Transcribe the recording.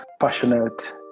passionate